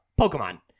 Pokemon